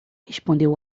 respondeu